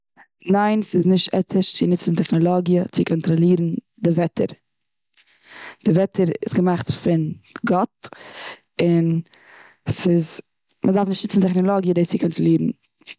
ניין, ס'איז נישט עטיש צו ניצן טעכנאלאגיע צו קאנטראלירן די וועטער. די וועטער איז געמאכט פון גאט, און ס'איז מ'דארף נישט ניצן טעכנעלאגיע דאס צו קאנטראלירן.